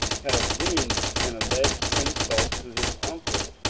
had avenged an alleged insult to his uncle.